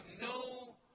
no